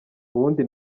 ubundi